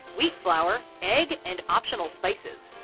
wheat flour, egg and optional spices.